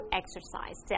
exercise